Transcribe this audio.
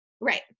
right